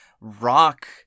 rock